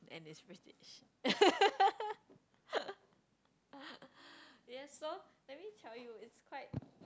and it's British yeah so let me tell you it's quite